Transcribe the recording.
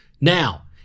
Now